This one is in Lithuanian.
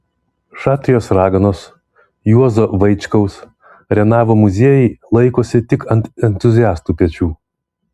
šatrijos raganos juozo vaičkaus renavo muziejai laikosi tik ant entuziastų pečių